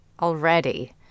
already